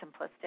simplistic